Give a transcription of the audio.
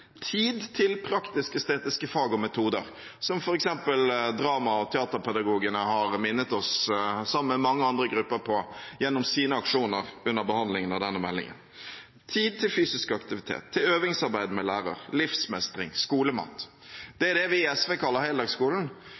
tid til praktisk-estetiske fag og metoder – som f.eks. drama- og teaterpedagogene, sammen med mange andre grupper, har minnet oss på gjennom sine aksjoner under behandlingen av denne meldingen – tid til fysisk aktivitet, til øvingsarbeid med lærer, livsmestring og skolemat. Det er det vi i SV kaller heldagsskolen.